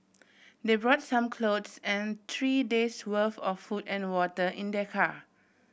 they brought some clothes and three days' worth of food and water in their car